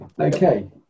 Okay